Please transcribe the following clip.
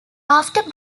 after